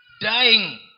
dying